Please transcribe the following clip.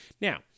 Now